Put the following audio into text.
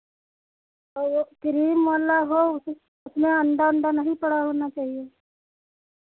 तो वो क्रीम वाला हो उसमें अन्डा ओंडा नहीं पड़ा होना चहिए